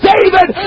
David